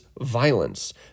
violence